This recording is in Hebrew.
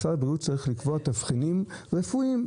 משרד הבריאות צריך לקבוע תבחינים רפואיים,